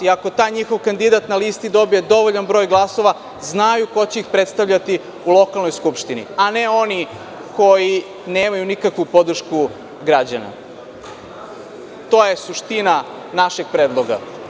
Ako taj njihov kandidat na listi dobije dovoljan broj glasova, znaju ko će ih predstavljati u lokalnoj skupštini, a ne oni koji nemaju nikakvu podršku građana, to je suština našeg predloga.